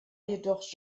jedoch